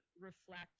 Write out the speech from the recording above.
reflect